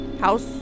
House